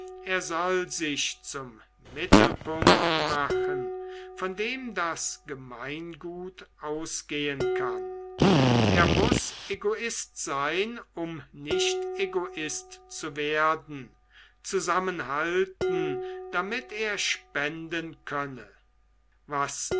er soll sich zum mittelpunkt machen von dem das gemeingut ausgehen kann er muß egoist sein um nicht egoist zu werden zusammenhalten damit er spenden könne was